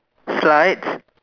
slides